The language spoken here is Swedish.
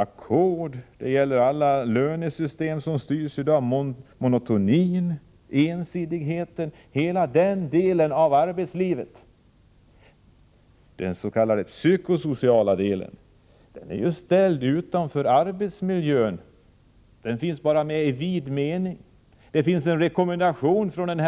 Ackorden, alla de lönesystem som styr i dag, monotonin, ensidigheten, hela den delen av arbetslivet, den s.k. psykosociala delen är ställd utanför arbetsmiljön. Den finns bara med i vid mening. Det finns från arbetarskyddsstyrelsen en